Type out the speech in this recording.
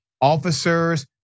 officers